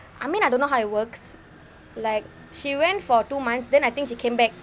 I mean I don't know how it works like she went for two months then I think she came back